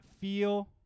feel